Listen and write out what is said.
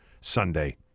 Sunday